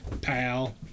pal